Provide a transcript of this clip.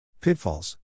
Pitfalls